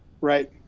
Right